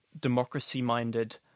democracy-minded